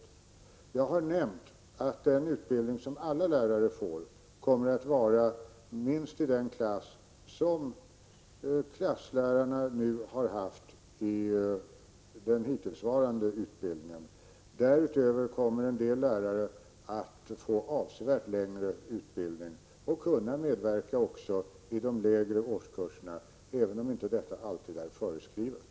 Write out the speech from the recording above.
83 Jag har nämnt att den utbildning som alla lärare får kommer att vara minst av den klass som klasslärarna har haft i den hittillsvarande utbildningen. Därutöver kommer en del lärare att få avsevärt längre utbildning och även kunna medverka i de lägre årskurserna — även om detta inte alltid är föreskrivet.